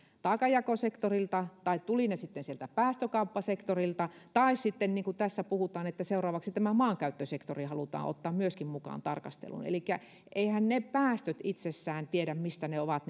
taakanjakosektorilta tai tulivat ne sitten sieltä päästökauppasektorilta tai sitten niin kuin tässä puhutaan että seuraavaksi tämä maankäyttösektori halutaan ottaa myöskin mukaan tarkasteluun eiväthän ne päästöt itse tiedä mistä ne ovat